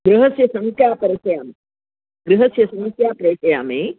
गृहस्य सङ्ख्यां प्रेषयामि गृहस्य सङ्ख्यां प्रेषयामि